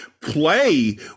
Play